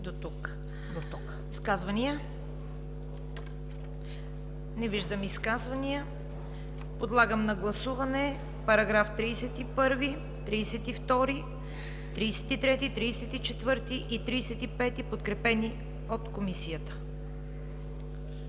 До тук. Изказвания? Не виждам изказвания. Подлагам на гласуване параграфи 30, 31, 32, 33, 34 и 35, подкрепени от Комисията.